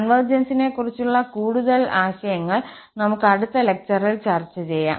കൺവെർജൻസിനെക്കുറിച്ചുള്ള കൂടുതൽ ആശയങ്ങൾ നമുക് അടുത്ത ലെക്ചറിൽ ചർച്ച ചെയ്യാം